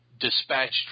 dispatched